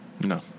No